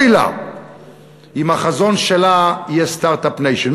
אוי לה אם החזון שלה יהיה Start-up Nation.